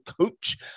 coach